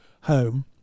home